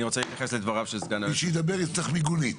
אני רוצה להתייחס לדבריו של סגן --- מי שידבר יצטרך מיגונית.